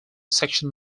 section